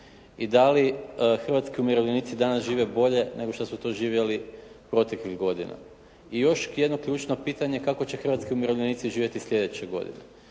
I da li hrvatski umirovljenici danas žive bolje nego što su to živjeli proteklih godina? I još jedno ključno pitanje kako će hrvatski umirovljenici živjeti sljedeće godine?